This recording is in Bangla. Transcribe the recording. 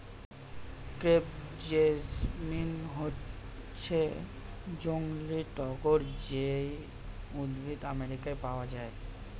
ক্রেপ জেসমিন হচ্ছে জংলী টগর যেই উদ্ভিদ আমেরিকায় পাওয়া যায়